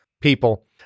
people